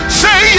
say